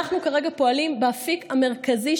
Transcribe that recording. אנחנו כרגע פועלים באפיק המרכזי,